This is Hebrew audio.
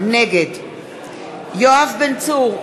נגד יואב בן צור,